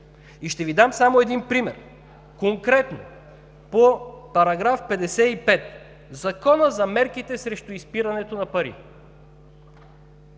И ще Ви дам само още един пример. Конкретно по § 55 – Закона за мерките срещу изпирането на пари.